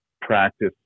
practice